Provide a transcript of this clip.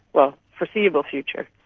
well, foreseeable future.